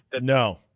No